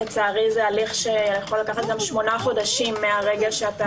לצערי זה הליך שיכול לקחת גם שמונה חודשים מהרגע שאתה